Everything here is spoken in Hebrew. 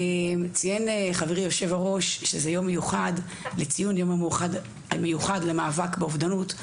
ציין חברי יושב-הראש שזהו יום מיוחד לציון יום המיוחד למאבק באובדנות.